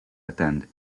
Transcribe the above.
attend